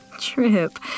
Trip